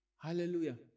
Hallelujah